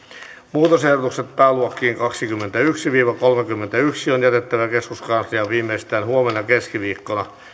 muutosehdotukset pääluokkiin kaksikymmentäyksi viiva kolmekymmentäyksi on jätettävä keskuskansliaan viimeistään huomenna keskiviikkona